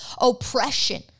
oppression